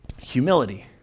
humility